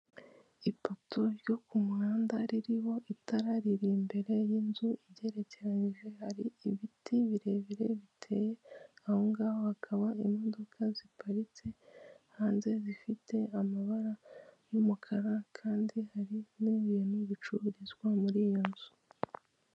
Ipoto ryo ku muhanda ririho itara riri imbere y'inzu igerekeranyije hari ibiti birebire biteye aho ngaho, hakaba imodoka ziparitse hanze zifite amabara y'umukara kandi hari n'ibintu bicururizwa muri iyo nzu.